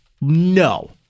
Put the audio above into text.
No